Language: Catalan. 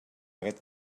aquest